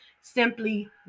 simply